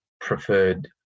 preferred